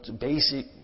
basic